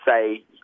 say